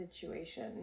situation